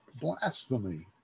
blasphemy